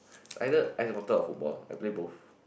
it's either Ice and Water or football I play both